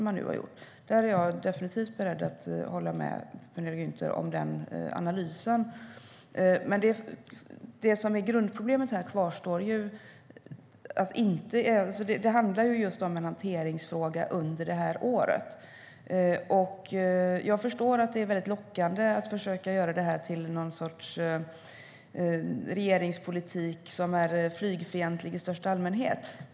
Jag håller definitivt med Penilla Gunther om den analysen. Grundproblemet kvarstår. Det har handlat om en hanteringsfråga under det här året. Jag förstår att det är lockande att få detta att framstå som flygfientlig regeringspolitik i största allmänhet.